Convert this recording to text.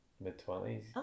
mid-twenties-